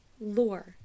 Lore